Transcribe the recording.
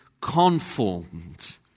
conformed